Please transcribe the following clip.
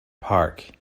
park